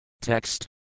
Text